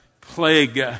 Plague